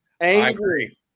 angry